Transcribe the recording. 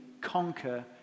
conquer